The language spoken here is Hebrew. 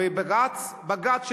ובג"ץ,